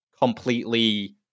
completely